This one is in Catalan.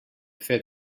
fer